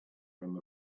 from